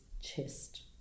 chest